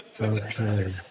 Okay